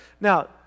Now